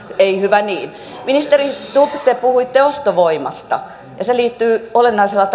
ei hyvä niin ministeri stubb te puhuitte ostovoimasta ja se liittyy olennaisella